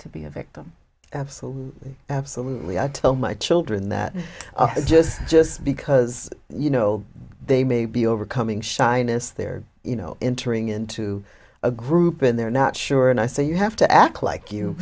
to be a victim absolutely absolutely i tell my children that just just because you know they may be overcoming shyness they're you know entering into a group and they're not sure and i say you have to act like you